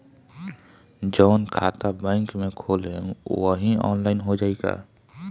जवन खाता बैंक में खोलम वही आनलाइन हो जाई का?